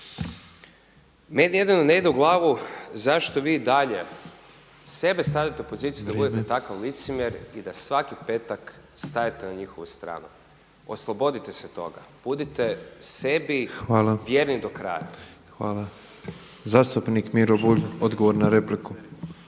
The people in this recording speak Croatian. Meni jedino ne ide u glavu zašto vi dalje sebe stavljate u poziciju da budete takav licemjer i da svaki petak stajete na njihovu stranu. Oslobodite se toga. Budite sebi … **Petrov, Božo (MOST)**